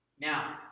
Now